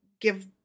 give